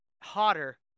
hotter